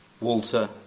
Walter